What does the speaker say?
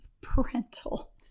parental